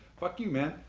fuck you, man.